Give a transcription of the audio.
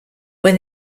when